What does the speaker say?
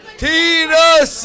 TINA